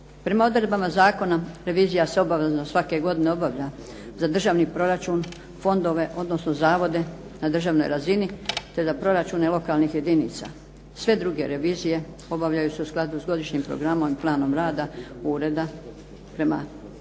Prema odredbama zakona revizija se obavezno svake godine obavlja za državni proračun fondove, odnosno zavode na državnoj razini, te na proračune lokalnih jedinica. Sve druge revizije obavljaju se u skladu sa godišnjim programom i planom rada ureda prema